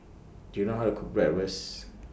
Do YOU know How to Cook Bratwurst